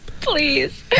please